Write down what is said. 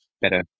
better